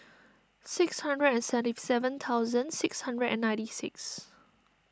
six hundred and seventy seven thousand six hundred and ninety six